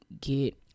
get